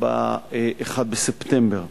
ב-1 בספטמבר.